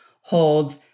hold